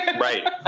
Right